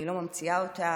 אני לא ממציאה אותן.